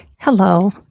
Hello